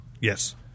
Yes